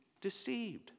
deceived